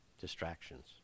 Distractions